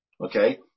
Okay